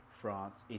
France